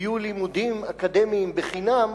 יהיו לימודים אקדמיים חינם,